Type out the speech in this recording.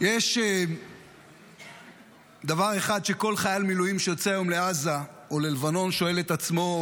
יש דבר אחד שכל חייל מילואים שיוצא היום לעזה או ללבנון שואל את עצמו,